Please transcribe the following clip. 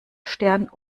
stern